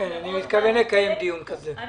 אני מתכוון לקיים דיון כזה.